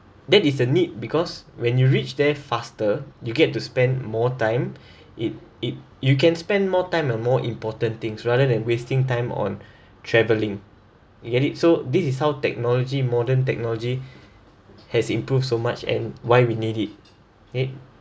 that is a need because when you reach there faster you get to spend more time it it you can spend more time on more important things rather than wasting time on travelling you get it so this is how technology modern technology has improve so much and why we need it okay